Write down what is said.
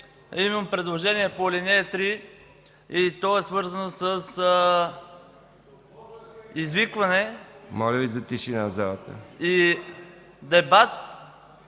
имам предложение по ал. 3 и то е свързано с извикване и дебат